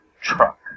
truck